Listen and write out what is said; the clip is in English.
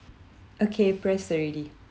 okay press already